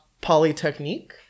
*Polytechnique*